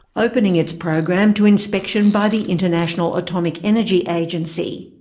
opening its program to inspection by the international atomic energy agency.